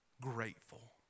grateful